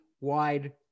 wide